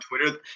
Twitter